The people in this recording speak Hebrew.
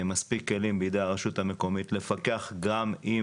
מספיק כלים בידי הרשות המקומית לפקח גם אם